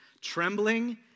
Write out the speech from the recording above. trembling